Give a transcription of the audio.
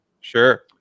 Sure